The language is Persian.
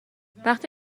وقتی